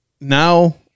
now